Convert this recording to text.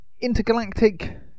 intergalactic